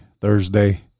Thursday